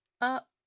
up